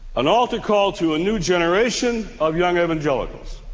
an altar call to a new generation of young evangelicals,